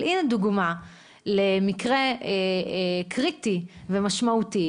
אבל הנה דוגמה למקרה קריטי ומשמעותי,